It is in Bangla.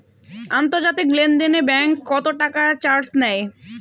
আন্তর্জাতিক লেনদেনে ব্যাংক কত টাকা চার্জ নেয়?